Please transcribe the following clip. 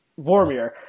Vormir